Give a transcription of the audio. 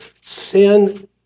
sin